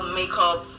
makeup